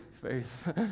faith